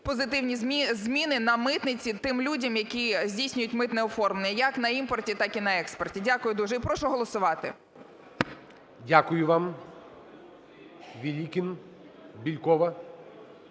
позитивні зміни на митниці тим людям, які здійснюють митне оформлення як на імпорті, так і на експорті. Дякую дуже і прошу голосувати. ГОЛОВУЮЧИЙ. Дякую вам. Велікін, Бєлькова.